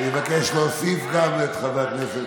אני מבקש להוסיף גם את חבר הכנסת